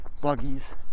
buggies